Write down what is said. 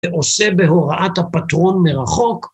ועושה בהוראת הפטרון מרחוק.